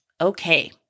Okay